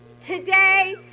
Today